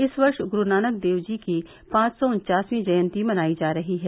इस वर्ष गुरूनानक देवजी की पांच सौ उनवासवीं जयंती मनायी जा रही है